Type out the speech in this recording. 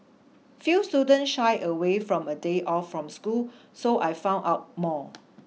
few students shy away from a day off from school so I found out more